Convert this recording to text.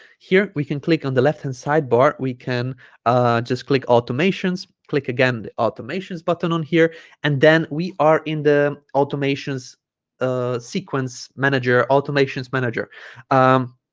here we can click on the left-hand sidebar we can ah just click automations click again the automations button on here and then we are in the automations ah sequence manager automations manager um